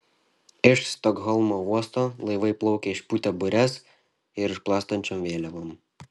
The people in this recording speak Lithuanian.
iš stokholmo uosto laivai plaukia išpūtę bures ir plastančiom vėliavom